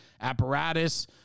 Apparatus